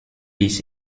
bis